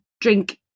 drink